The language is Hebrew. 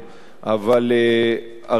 אבל הריכוזיות,